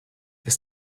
ist